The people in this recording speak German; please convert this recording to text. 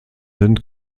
sind